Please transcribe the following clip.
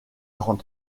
grant